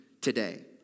today